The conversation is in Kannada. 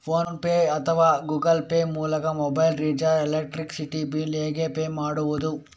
ಫೋನ್ ಪೇ ಅಥವಾ ಗೂಗಲ್ ಪೇ ಮೂಲಕ ಮೊಬೈಲ್ ರಿಚಾರ್ಜ್, ಎಲೆಕ್ಟ್ರಿಸಿಟಿ ಬಿಲ್ ಹೇಗೆ ಪೇ ಮಾಡುವುದು?